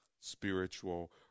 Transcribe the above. spiritual